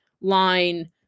line